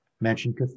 mentioned